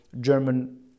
German